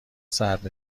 صدر